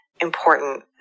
important